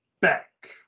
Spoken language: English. back